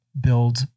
build